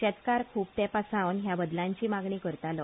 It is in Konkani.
शेतकार खूब तेपा सावन ह्या बदनांची मागणी करतालो